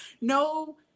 no